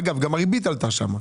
אגב, גם הריבית עלתה שם.